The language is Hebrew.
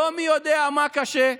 לא מי יודע מה קשה,